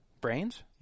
Brains